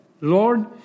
Lord